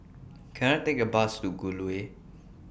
Can I Take A Bus to Gul Way